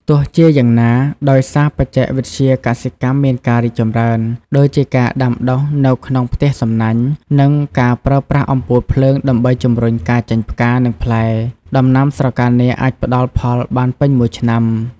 ទោះជាយ៉ាងណា ដោយសារបច្ចេកវិទ្យាកសិកម្មមានការរីកចម្រើន ដូចជាការដាំដុះនៅក្នុងផ្ទះសំណាញ់ និងការប្រើប្រាស់អំពូលភ្លើងដើម្បីជំរុញការចេញផ្កា និងផ្លែ ដំណាំស្រកានាគអាចផ្តល់ផលបានពេញមួយឆ្នាំ។